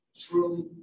truly